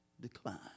decline